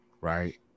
right